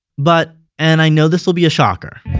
but, and i know this will be a shocker,